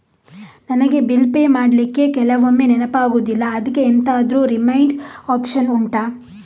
ನನಗೆ bill pay ಮಾಡ್ಲಿಕ್ಕೆ ಕೆಲವೊಮ್ಮೆ ನೆನಪಾಗುದಿಲ್ಲ ಅದ್ಕೆ ಎಂತಾದ್ರೂ ರಿಮೈಂಡ್ ಒಪ್ಶನ್ ಉಂಟಾ